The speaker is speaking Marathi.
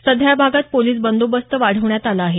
सध्या या भागात पोलिस बंदोबस्त वाढवण्यात आला आहे